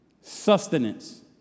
sustenance